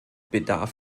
bedarf